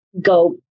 go